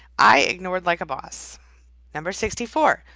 i ignored like a boss number sixty four,